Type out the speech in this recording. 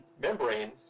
membrane